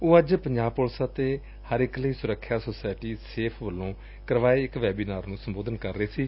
ਉਹ ਅੱਜ ਪੰਜਾਬ ਪੁਲਿਸ ਅਤੇ ਹਰਇਕ ਲਈ ਸੁਰੱਖਿਆ ਸੋਸਾਇਟੀ ਸੇਫ ਵੱਲੋ ਕਰਵਾਏ ਇਕ ਵੈਬੀਨਾਰ ਨੂੰ ਸੰਬੋਧਨ ਕਰ ਰਹੇ ਸਨ